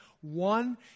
One